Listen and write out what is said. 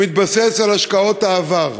זה מתבסס על השקעות העבר.